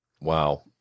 Wow